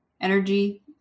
energy